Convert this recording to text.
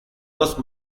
nos